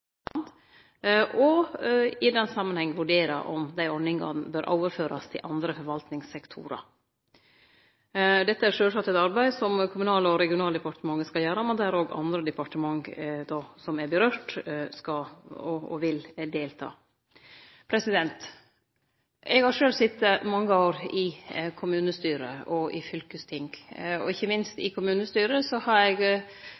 og i den samanhengen vurderer om dei ordningane bør overførast til andre forvaltingssektorar. Dette er sjølvsagt eit arbeid som Kommunal- og regionaldepartementet skal gjere, men der òg andre departementet som det gjeld, skal og vil delta. Eg har sjølv sete mange år i kommunestyre og i fylkesting. Ikkje minst i kommunestyret har eg,